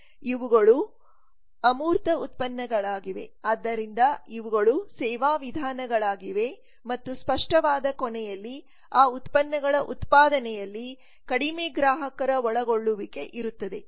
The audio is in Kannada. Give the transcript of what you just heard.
ಇವುಗಳು ಅಮೂರ್ತ ಉತ್ಪನ್ನಗಳಾಗಿವೆ ಆದ್ದರಿಂದ ಇವುಗಳು ಸೇವಾ ವಿಧಾನಗಳಾಗಿವೆ ಮತ್ತು ಸ್ಪಷ್ಟವಾದ ಕೊನೆಯಲ್ಲಿ ಆ ಉತ್ಪನ್ನಗಳ ಉತ್ಪಾದನೆಯಲ್ಲಿ ಕಡಿಮೆ ಗ್ರಾಹಕರ ಒಳಗೊಳ್ಳುವಿಕೆ ಇರುತ್ತದೆ